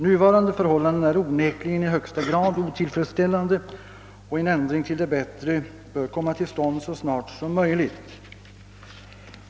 Nuvarande förhållanden är onekligen i högsta grad otillfredsställande, och en ändring till det bättre bör ske så snart som möjligt.